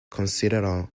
considérant